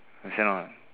understand what